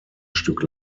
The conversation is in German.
stück